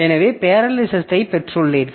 எனவே பேரலலிசத்தை பெற்றுள்ளீர்கள்